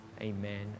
amen